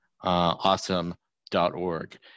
awesome.org